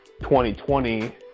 2020